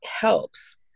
helps